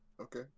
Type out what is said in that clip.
Okay